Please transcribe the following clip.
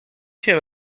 się